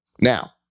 Now